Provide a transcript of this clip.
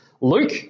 Luke